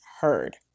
heard